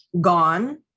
gone